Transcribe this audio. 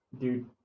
dude